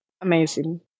amazing